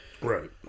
Right